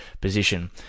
position